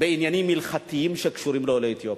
בעניינים הלכתיים שקשורים לעולי אתיופיה.